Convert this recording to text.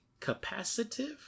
capacitive